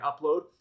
upload